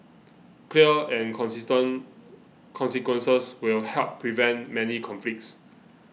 clear and consistent consequences will help prevent many conflicts